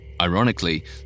Ironically